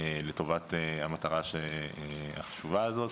לטובת המטרה החשובה הזאת.